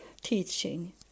teaching